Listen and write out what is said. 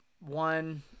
One